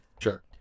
Sure